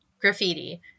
graffiti